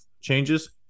changes